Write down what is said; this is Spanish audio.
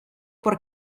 por